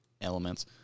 elements